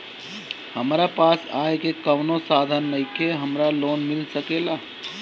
हमरा पास आय के कवनो साधन नईखे हमरा लोन मिल सकेला?